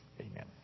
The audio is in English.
Amen